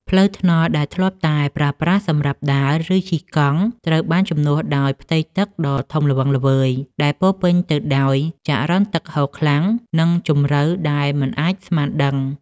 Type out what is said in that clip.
ផ្លូវថ្នល់ដែលធ្លាប់តែប្រើប្រាស់សម្រាប់ដើរ ឬជិះកង់ ត្រូវបានជំនួសដោយផ្ទៃទឹកដ៏ធំល្វឹងល្វើយ ដែលពោរពេញទៅដោយចរន្តទឹកហូរខ្លាំង និងជម្រៅដែលមិនអាចស្មានដឹង។